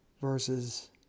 Versus